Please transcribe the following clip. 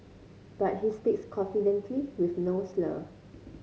but he speaks confidently with no slur